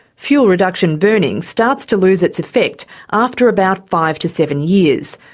fuel reduction burning starts to lose its effect after about five to seven years,